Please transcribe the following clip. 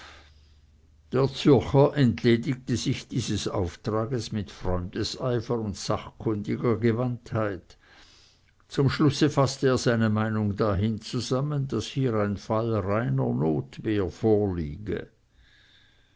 der zürcher entledigte sich dieses auftrags mit freundeseifer und sachkundiger gewandtheit zum schlusse faßte er seine meinung dahin zusammen daß hier ein fall reiner notwehr vorliege